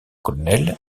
colonel